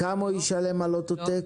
כמה הוא ישלם על אוטו-טק?